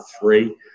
three